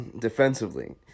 defensively